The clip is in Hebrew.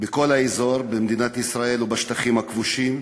בכל האזור, במדינת ישראל ובשטחים הכבושים,